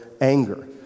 anger